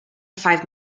five